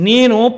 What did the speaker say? Nino